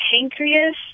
pancreas